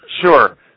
Sure